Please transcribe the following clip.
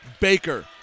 Baker